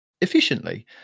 efficiently